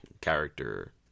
character